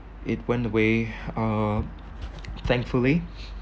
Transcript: it went away uh thankfully